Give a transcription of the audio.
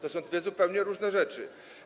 To są dwie zupełnie różne rzeczy.